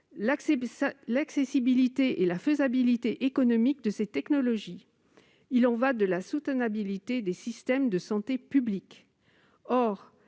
l'accessibilité et la faisabilité économique de ces technologies. Il y va de la soutenabilité des systèmes de santé publique. Or